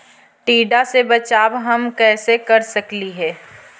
टीडा से बचाव हम कैसे कर सकली हे?